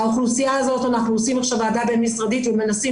אנחנו עושים עכשיו ועדה בין משרדית ומנסים